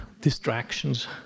distractions